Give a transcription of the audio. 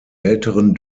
älteren